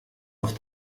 auf